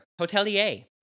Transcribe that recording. hotelier